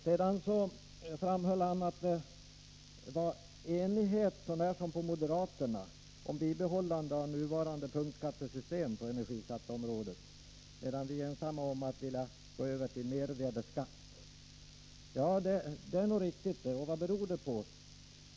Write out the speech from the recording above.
Sedan framhöll han att det råder enighet mellan partierna, så när som på moderaterna, om att man skall bibehålla nuvarande punktskattesystem på energiskatteområdet. Han sade att vi moderater är ensamma om att vilja gå över till mervärdeskatt. Det är riktigt, men vad beror det på?